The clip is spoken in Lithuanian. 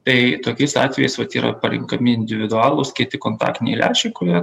tai tokiais atvejais vat yra parenkami individualūs kieti kontaktiniai lęšiai kurie